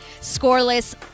scoreless